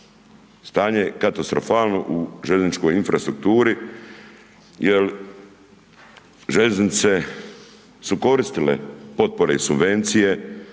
Stanje je katastrofalno u željezničkoj infrastrukturi, jer željeznice su koristile potpore i subvencije,